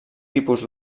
tipus